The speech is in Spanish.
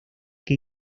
que